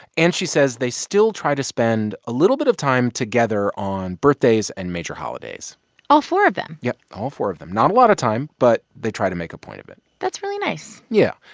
and, she says, they still try to spend a little bit of time together on birthdays and major holidays all four of them yep, all four of them. not a lot of time. but they try to make a point of it that's really nice yeah.